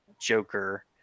joker